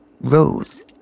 Rose